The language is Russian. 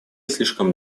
слишком